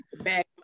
back